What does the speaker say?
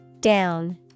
down